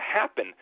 happen